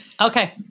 Okay